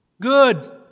Good